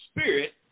Spirit